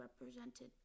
represented